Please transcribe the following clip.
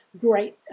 great